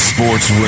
Sports